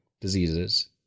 diseases